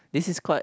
this is quite